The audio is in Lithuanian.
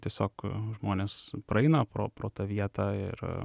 tiesiog žmonės praeina pro pro tą vietą ir